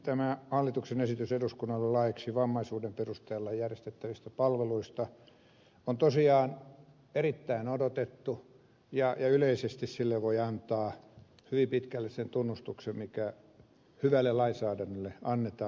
tämä hallituksen esitys eduskunnalle laiksi vammaisuuden perusteella järjestettävistä palveluista on tosiaan erittäin odotettu ja yleisesti sille voi antaa hyvin pitkälle sen tunnustuksen mikä hyvälle lainsäädännölle annetaan